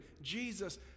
Jesus